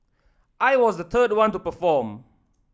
I was the third one to perform